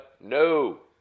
no